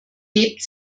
lebt